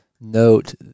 note